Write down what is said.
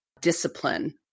discipline